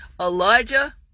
Elijah